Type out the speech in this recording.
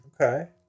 okay